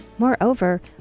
Moreover